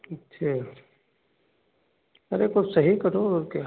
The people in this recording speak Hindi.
अच्छा अरे कुछ सही करो और क्या